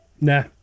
Nah